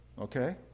Okay